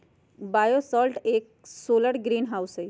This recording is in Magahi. बायोशेल्टर एक सोलर ग्रीनहाउस हई